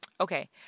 Okay